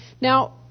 Now